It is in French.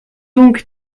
donc